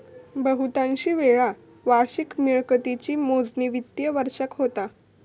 बहुतांशी वेळा वार्षिक मिळकतीची मोजणी वित्तिय वर्षाक होता